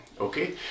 okay